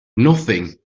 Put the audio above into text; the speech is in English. elastic